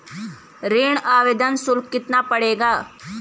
ऋण आवेदन शुल्क कितना पड़ेगा?